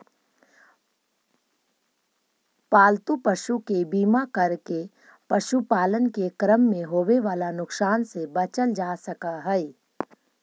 पालतू पशु के बीमा करके पशुपालन के क्रम में होवे वाला नुकसान से बचल जा सकऽ हई